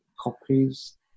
copies